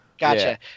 Gotcha